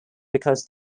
because